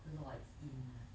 lloyd's inn ah